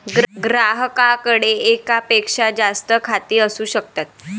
ग्राहकाकडे एकापेक्षा जास्त खाती असू शकतात